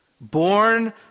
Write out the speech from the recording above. born